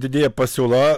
didėja pasiūla